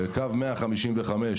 וקו 155,